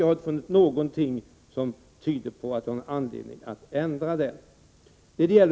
Jag har inte funnit någonting som skulle föranleda en ändring av den versionen.